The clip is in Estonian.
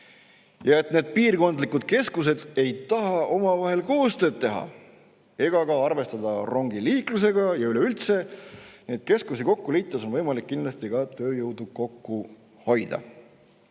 ja et need piirkondlikud keskused ei taha omavahel koostööd teha ega ka arvestada rongiliiklusega, ja üleüldse, neid keskusi kokku liites on võimalik kindlasti ka tööjõudu kokku hoida.